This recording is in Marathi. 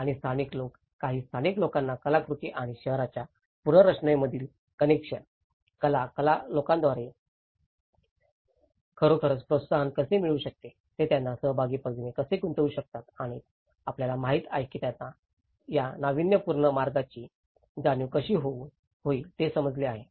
आणि स्थानिक लोक काही स्थानिक लोकांना कलाकृती आणि शहराच्या पुनर्रचनांमधील कनेक्शन कला लोकांद्वारे खरोखरच प्रोत्साहन कसे मिळवू शकते ते त्यांना सहभागी पद्धतीने कसे गुंतवू शकतात आणि आपल्याला माहित आहे की त्यांना या नाविन्यपूर्ण मार्गाची जाणीव कशी होईल हे समजले आहे